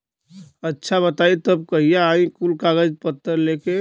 अच्छा बताई तब कहिया आई कुल कागज पतर लेके?